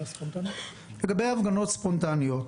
לגבי הפגנות ספונטניות,